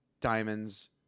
diamonds